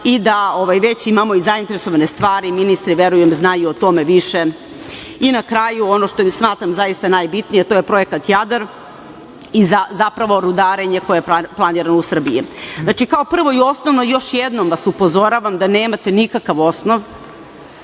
i da već imamo i zainteresovane stvari, ministri verujem znaju o tome više. Na kraju ono što smatram zaista najbitnije, to je projekata „Jadar“ i zapravo rudarenje koje je planirano u Srbiji. Znači, kao prvo i osnovnoj još jednom vas upozoravam da nemate nikakav osnov